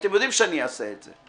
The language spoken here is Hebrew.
אתם יודעים שאני אעשה את זה.